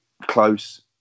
Close